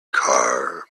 car